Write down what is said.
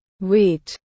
wait